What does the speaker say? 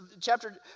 chapter